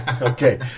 Okay